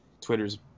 Twitter's